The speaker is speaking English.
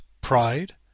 pride